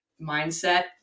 mindset